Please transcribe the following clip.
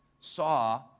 saw